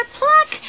pluck